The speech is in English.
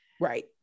Right